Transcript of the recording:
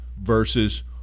versus